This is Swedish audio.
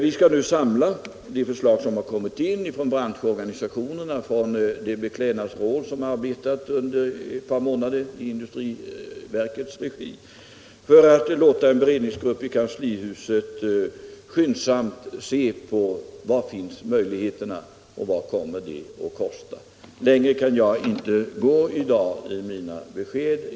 Vi skall nu samla de förslag som kommit in från branschorganisationerna och från det beklädnadsråd som under ett par månader arbetat i överstyrelsens för ekonomisk försvarsberedskaps regi, för att sedan låta en beredningsgrupp i kanslihuset skyndsamt undersöka var möjligheterna finns och vad det kommer att kosta. Längre kan jag inte gå i dag i mina besked.